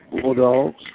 Bulldogs